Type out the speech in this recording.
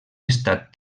estat